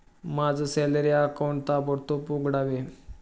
माझं salary account ताबडतोब उघडावे